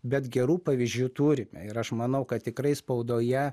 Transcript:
bet gerų pavyzdžių turime ir aš manau kad tikrai spaudoje